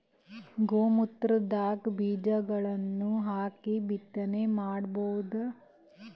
ಗೋ ಮೂತ್ರದಾಗ ಬೀಜಗಳನ್ನು ಹಾಕಿ ಬಿತ್ತನೆ ಮಾಡಬೋದ?